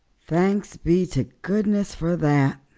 thanks be to goodness for that,